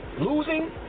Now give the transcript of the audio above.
losing